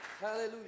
Hallelujah